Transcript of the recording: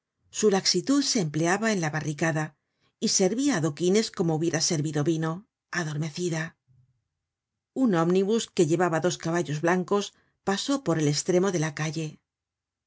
su laxitud se empleaba en la barricada y servia adoquines como hubiera servido vino adormecida un omnibus que llevaba dos caballos blancos pasó por el estremo de la calle